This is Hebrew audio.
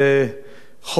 שחוק חובת המכרזים,